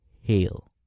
hail